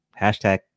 Hashtag